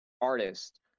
Artist